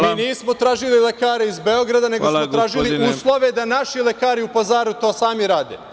Mi nismo tražili lekare iz Beograda, nego smo tražili uslove da naši lekari u Pazaru to sami rade.